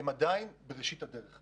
עדיין בראשית הדרך.